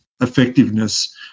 effectiveness